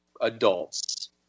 adults